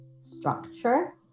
structure